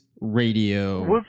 Radio